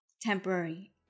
temporary